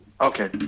Okay